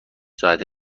ساعته